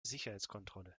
sicherheitskontrolle